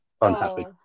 unhappy